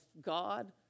God